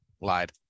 lied